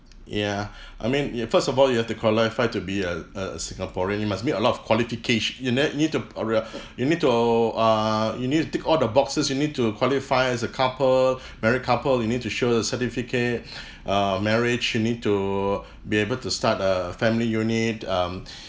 ya I mean y~ first of all you have to qualify to be a a singaporean you must meet a lot of qualificati~ you ne~ need to or uh you need to err you need to tick all the boxes you need to qualify as a couple married couple you need to show the certificate err marriage you need to be able to start a family unit um